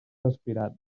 aspirants